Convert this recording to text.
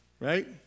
right